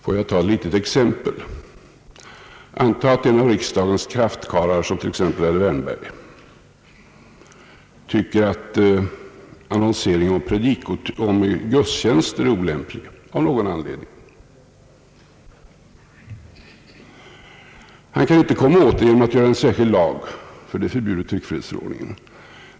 Får jag ta ett litet exempel? Antag att en av riksdagens kraftkarlar, som t.ex. herr Wärnberg, tycker att annonsering om gudstjänster är olämplig av någon anledning. Han kan inte komma åt det genom att göra en särskild lag, ty det är förbjudet i tryckfrihetsförordningen.